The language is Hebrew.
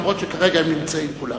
אף-על-פי שכרגע הם נמצאים כולם.